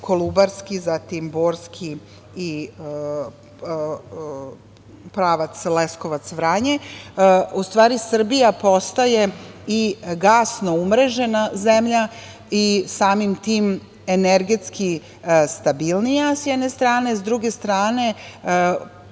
Kolubarski, Borski i pravac Leskovac-Vranje, u stvari, Srbija postaje i gasno umrežena zemlja, i samim tim energetski stabilnija, s jedne strane.S druge strane, povećan